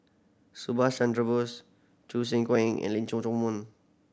Subhas Chandra Bose Choo Seng Quee and Leong Chee Mun